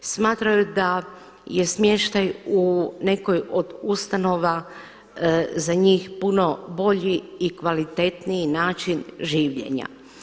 Smatraju da je smještaj u nekoj od ustanova za njih puno bolji i kvalitetniji način življenja.